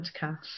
podcast